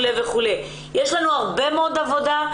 יש לנו הרבה מאוד עבודה.